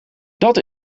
dat